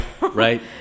right